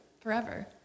forever